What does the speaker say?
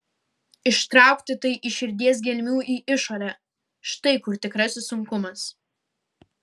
ištraukti tai iš širdies gelmių į išorę štai kur tikrasis sunkumas